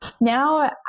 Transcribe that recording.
now